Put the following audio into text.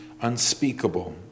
unspeakable